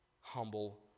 humble